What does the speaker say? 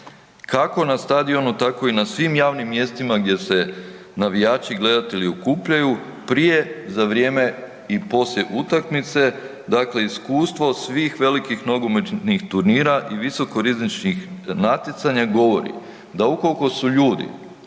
kako na stadionu, tako i na svim javnim mjestima gdje se navijači i gledatelji okupljaju, prije, za vrijeme i poslije utakmice, dakle iskustvo svih velikih nogometnih turnira i visokorizičnih natjecanja govori da ukoliko su ljudi